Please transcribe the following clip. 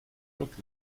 look